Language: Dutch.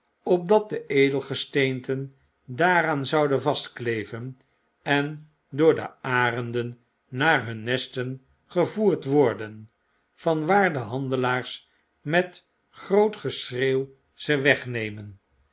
opdat de edelgesteenten daaraan zouden vastkleven en door de arenden naar hun nesten gevoerd worden vanwaar de handelaars met groot geschreeuw ze wegnemen